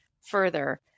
further